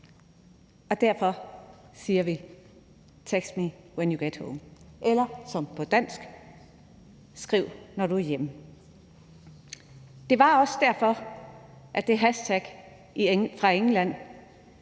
og derfor siger vi: Text me when you get home. Eller på dansk: Skriv, når du er hjemme. Det var også derfor, at det hashtag fra England,